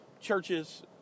churches